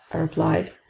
i replied.